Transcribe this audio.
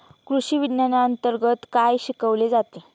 कृषीविज्ञानांतर्गत काय शिकवले जाते?